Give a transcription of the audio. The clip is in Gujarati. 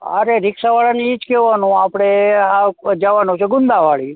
અરે રીક્ષાવાળાને એ જ કહેવાનું આપણે જવાનું છે ગુંદાવાડી